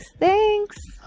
thanks.